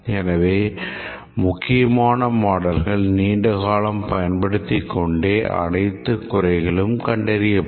எனவே முக்கியமான மாடல்கள் நீண்ட காலம் பயன்படுத்தி கொண்டே அனைத்து குறைகளும் கண்டறியப்படும்